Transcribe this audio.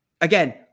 again